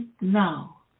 now